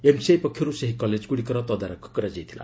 MCI ପକ୍ଷରୁ ସେହି କଲେଜଗୁଡ଼ିକର ତଦାରଖ କରାଯାଇଥିଲା